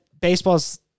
baseball's